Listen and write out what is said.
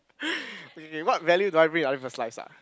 okay okay what value do I bring to other people's lives ah